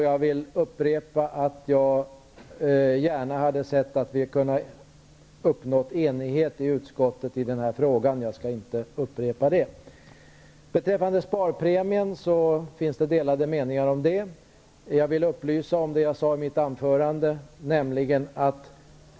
Jag vill upprepa att jag gärna hade sett att vi kunnat uppnå enighet i utskottet i den här frågan. Det finns delade meningar beträffande sparpremien. Jag vill upplysa om det jag sade i mitt tidigare anförande.